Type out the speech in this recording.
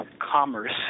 commerce